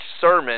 sermon